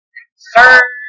concern